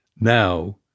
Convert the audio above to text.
now